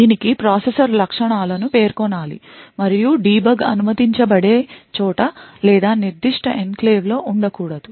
దీనికి ప్రాసెసర్ లక్షణాలను పేర్కొనాలి మరియు డీబగ్ అనుమతించబడే చోట లేదా నిర్దిష్ట ఎన్క్లేవ్లో ఉండకూడదు